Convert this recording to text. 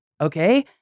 okay